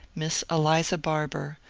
miss eliza barbour,